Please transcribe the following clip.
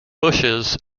bushes